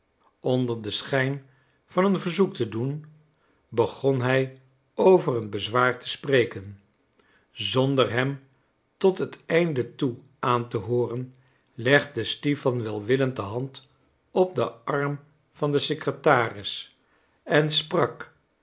onder den schijn van een verzoek te doen begon hij over een bezwaar te spreken zonder hem tot het einde toe aan te hooren legde stipan welwillend de hand op den arm van den secretaris en sprak